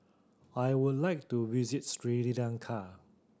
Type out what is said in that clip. I would like to visit Sri Lanka